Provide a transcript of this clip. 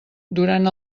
durant